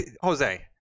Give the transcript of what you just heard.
Jose